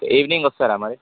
evening వస్తారా మరి